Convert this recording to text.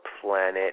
planet